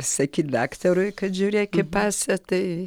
sakyt daktarui kad žiūrėk į pasą tai